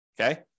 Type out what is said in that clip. Okay